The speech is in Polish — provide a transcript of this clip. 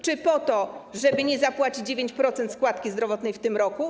Czy po to, żeby nie zapłacić 9% składki zdrowotnej w tym roku?